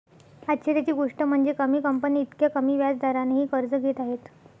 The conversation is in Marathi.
आश्चर्याची गोष्ट म्हणजे, कमी कंपन्या इतक्या कमी व्याज दरानेही कर्ज घेत आहेत